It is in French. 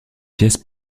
pièces